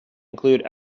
include